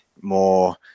more